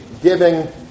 giving